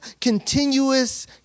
continuous